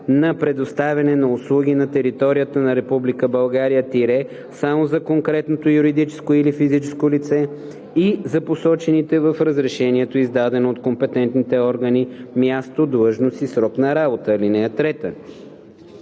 на предоставяне на услуги на територията на Република България – само за конкретното юридическо или физическо лице, и за посочените в разрешението, издадено от компетентните органи, място, длъжност и срок на работа. (3)